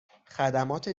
خدمات